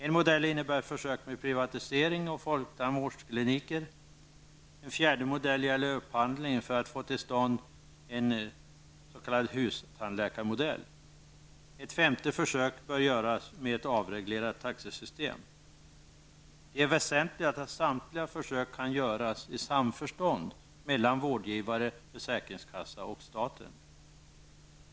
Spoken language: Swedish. En modell innebär försök med privatisering av folktandvårdskliniker. En fjärde modell gäller upphandling för att få till stånd en s.k. hustandläkarmodell. Ett femte försök bör göras med ett avreglerat taxesystem. Det är väsentligt att samtliga försök kan göras i samförstånd mellan vårdgivare, försäkringskassa och staten.